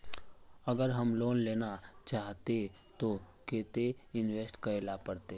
अगर हम लोन लेना चाहते तो केते इंवेस्ट करेला पड़ते?